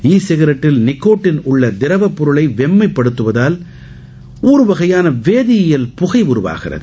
இ சிகரெட்டில் நிகோடின் உள்ள திரவப்பொருளை மென்மைப்படுத்துவதால் ஒருவகையான வேதீயியல் புகை உருவாகியுள்ளது